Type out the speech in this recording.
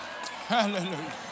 Hallelujah